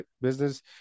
business